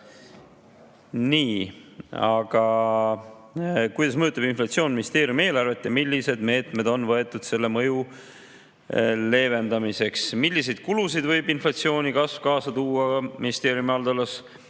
Nii. "Kuidas mõjutab inflatsioon ministeeriumi eelarvet ja millised meetmed on võetud selle mõju leevendamiseks? Milliseid kulusid võib inflatsiooni kasv kaasa tuua ministeeriumi haldusalas